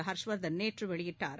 ஹர்ஷ் வர்தன் நேற்று வெளியிட்டார்